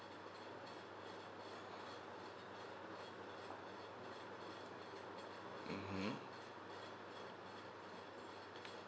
mmhmm